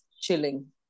chilling